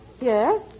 Yes